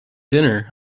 dinner